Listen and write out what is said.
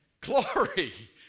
Glory